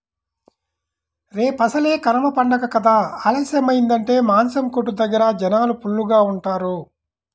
రేపసలే కనమ పండగ కదా ఆలస్యమయ్యిందంటే మాసం కొట్టు దగ్గర జనాలు ఫుల్లుగా ఉంటారు